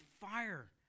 fire